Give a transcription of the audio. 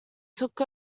took